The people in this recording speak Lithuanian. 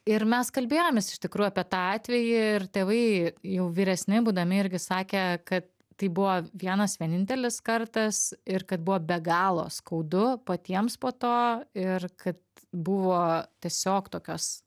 ir mes kalbėjomės iš tikrųjų apie tą atvejį ir tėvai jau vyresni būdami irgi sakė kad tai buvo vienas vienintelis kartas ir kad buvo be galo skaudu patiems po to ir kad buvo tiesiog tokios